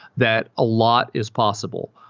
that a lot is possible.